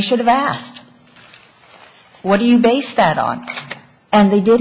should have asked what do you base that on and they did